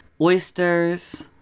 oysters